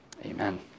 Amen